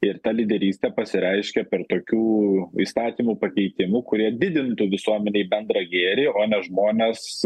ir ta lyderystė pasireiškia per tokių įstatymų pakeitimų kurie didintų visuomenei bendrą gėrį o ne žmones